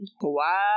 Wow